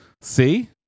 see